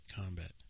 combat